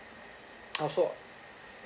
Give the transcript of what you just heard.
ah so